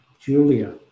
Julia